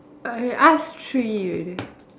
I ask three already